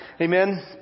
Amen